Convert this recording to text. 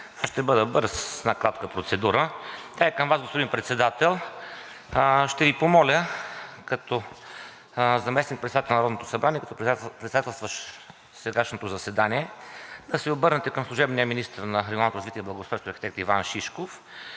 Ще бъда бърз с една кратка процедура. Тя е към Вас, господин Председател. Ще Ви помоля като заместник-председател на Народното събрание, като председателстващ сегашното заседание да се обърнете към служебния министър на регионалното